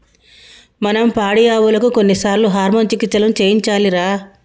మనం పాడియావులకు కొన్నిసార్లు హార్మోన్ చికిత్సలను చేయించాలిరా